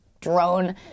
drone